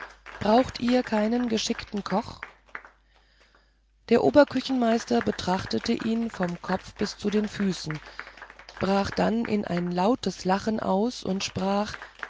brauchet ihr keinen geschickten koch der oberküchenmeister betrachtete ihn vom kopf bis zu den füßen brach dann in lautes lachen aus und sprach